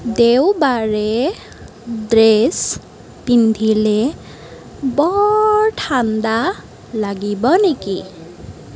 দেওবাৰে ড্ৰেছ পিন্ধিলে বৰ ঠাণ্ডা লাগিব নেকি